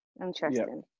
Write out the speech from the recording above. Interesting